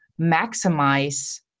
maximize